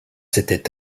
s’étaient